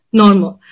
normal